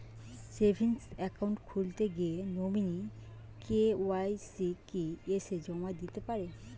Savings account খুলতে গিয়ে nominee KYC কি এসে জমা দিতে হবে?